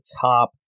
top